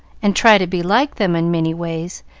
and try to be like them in many ways,